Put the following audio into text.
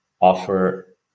offer